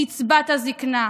קצבת הזקנה,